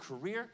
career